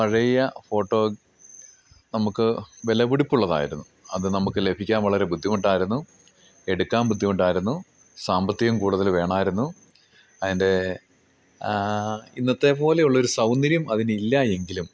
പഴയ ഫോട്ടോ നമുക്ക് വിലപിടിപ്പുള്ളത് ആയിരുന്നു അത് നമുക്ക് ലഭിക്കാൻ വളരെ ബുദ്ധിമുട്ടായിരുന്നു എടുക്കാൻ ബുദ്ധിമുട്ടായിരുന്നു സാമ്പത്തികം കൂടുതൽ വേണമായിരുന്നു അതിൻ്റെ ഇന്നത്തെ പോലെയുള്ള ഒരു സൗന്ദര്യം അതിനില്ല എങ്കിലും